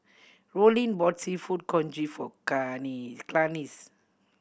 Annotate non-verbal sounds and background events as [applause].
Rollin bought Seafood Congee for [unintelligible] Clarnce